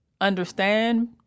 understand